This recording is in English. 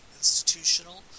institutional